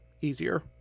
easier